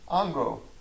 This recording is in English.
Ango